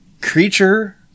creature